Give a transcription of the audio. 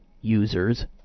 users